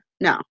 no